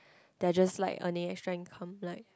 they're just like earning extra income like